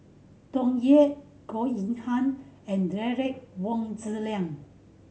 Tsung Yeh Goh Yihan and Derek Wong Zi Liang